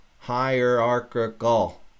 hierarchical